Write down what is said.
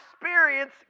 experience